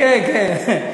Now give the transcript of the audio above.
כן, כן.